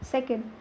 Second